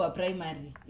primary